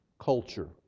culture